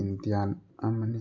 Indian ꯑꯃꯅꯤ